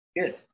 Good